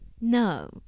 no